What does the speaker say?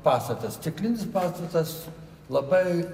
pastatas stiklinis pastatas labai